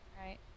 right